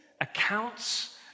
Accounts